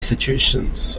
situations